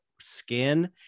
skin